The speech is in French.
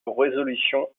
résolution